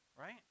Right